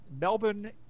Melbourne